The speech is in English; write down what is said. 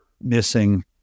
missing